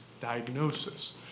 diagnosis